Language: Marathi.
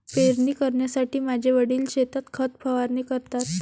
पेरणी करण्यापूर्वी माझे वडील शेतात खत फवारणी करतात